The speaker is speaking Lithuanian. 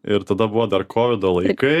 ir tada buvo dar kovido laikai